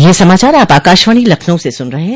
ब्रे क यह समाचार आप आकाशवाणी लखनऊ से सुन रहे हैं